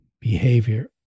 behavior